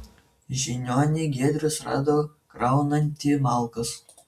žiniuonį giedrius rado kraunantį malkas